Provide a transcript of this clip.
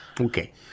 okay